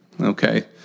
okay